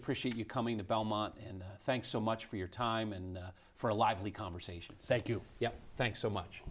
appreciate you coming to belmont and thanks so much for your time and for a lively conversation thank you yeah thanks so much